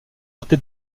doté